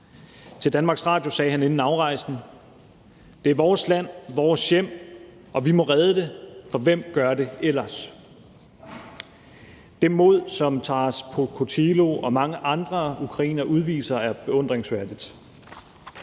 Til DR sagde han inden afrejsen: Det er vores land, vores hjem, og vi må redde det, for hvem gør det ellers? Det mod, som Taras Pokotilo og mange andre ukrainere udviser, er beundringsværdigt.